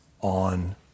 on